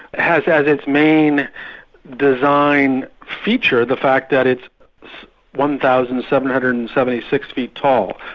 has as its main design feature, the fact that it's one thousand seven hundred and seventy six feet tall,